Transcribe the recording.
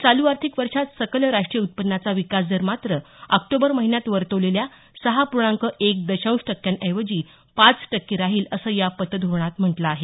चालू आर्थिक वर्षात सकल राष्ट्रीय उत्पन्नाचा विकास दर मात्र ऑक्टोबर महिन्यात वर्तवलेल्या सहा पूर्णांक एक दशांश टक्क्यांऐवजी पाच टक्के राहील असं या पतधोरणात म्हटलं आहे